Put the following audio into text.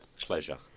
pleasure